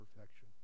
perfection